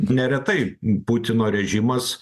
neretai putino režimas